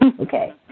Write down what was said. Okay